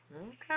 Okay